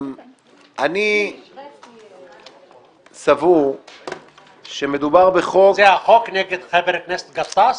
אני סבור שמדובר בחוק --- זה חוק נגד חבר הכנסת גטאס?